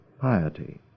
piety